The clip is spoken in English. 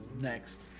Next